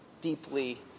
deeply